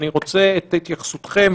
אני רוצה את התייחסותכם,